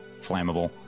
flammable